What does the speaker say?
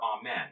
Amen